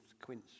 quince